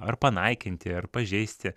ar panaikinti ar pažeisti